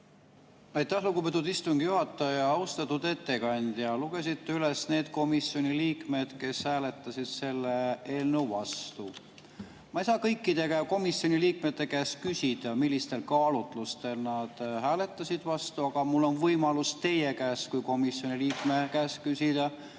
Aitäh, lugupeetud istungi juhataja! Austatud ettekandja! Lugesite üles need komisjoni liikmed, kes hääletasid selle eelnõu vastu. Ma ei saa kõikide komisjoni liikmete käest küsida, millistel kaalutlustel nad vastu hääletasid, aga mul on võimalus teie kui komisjoni liikme käest küsida: